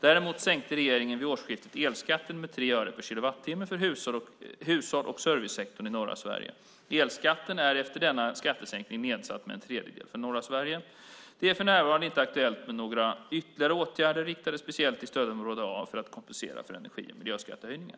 Däremot sänkte regeringen vid årsskiftet elskatten med 3 öre per kilowattimme för hushålls och servicesektorerna i norra Sverige. Elskatten är efter denna skattesänkning nedsatt med en tredjedel för norra Sverige. Det är för närvarande inte aktuellt med några ytterligare åtgärder riktade speciellt till stödområde A för att kompensera för energi och miljöskattehöjningar.